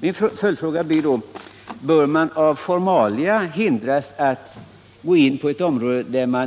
Min följdfråga är därför: Bör man av formella skäl hindras att